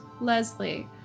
Leslie